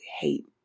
hate